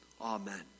Amen